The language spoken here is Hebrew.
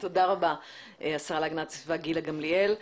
תודה רבה השרה להגנת הסביבה גילה גמליאל.